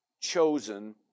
chosen